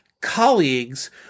colleagues